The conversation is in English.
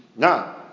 Now